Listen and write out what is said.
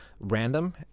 random